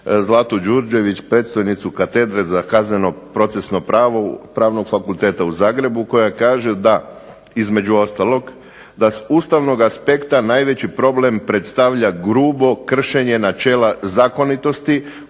Zlatu Đurđević predstojnicu Katedre za kazneno-procesno pravo Pravnog fakulteta u Zagrebu koja kaže da između ostalog da "S ustavnog aspekta najveći problem predstavlja grubo kršenje načela zakonitosti